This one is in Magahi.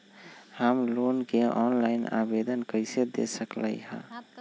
हम लोन के ऑनलाइन आवेदन कईसे दे सकलई ह?